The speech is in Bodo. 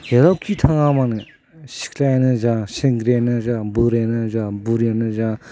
जेरावखि थाङा मानो सिख्लायानो जा सेंग्रायानो जा बोरायानो जा बुरैयानो जा